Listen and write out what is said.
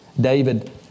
David